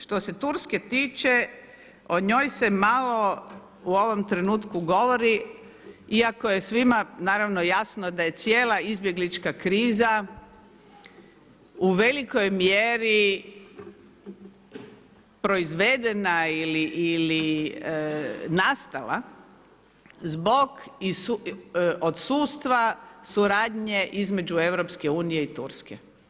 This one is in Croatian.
Što se Turske tiče o njoj se malo u ovom trenutku govori iako je svima naravno jasno da je cijela izbjeglička kriza u velikoj mjeri proizvedena ili nastala zbog odsustva suradnje između EU i Turske.